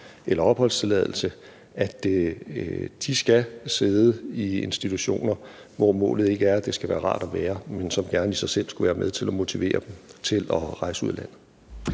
eller opholdstilladelse, skal sidde i institutioner, hvor målet ikke er, at der skal være rart at være der, men som gerne i sig selv skulle være med til at motivere dem til at rejse ud af landet.